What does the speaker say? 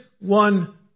one